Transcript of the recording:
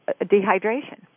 dehydration